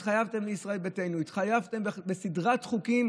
התחייבתם לישראל ביתנו, התחייבתם בסדרת חוקים